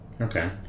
Okay